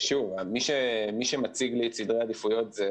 מי שמציג לצדו עדיפויות,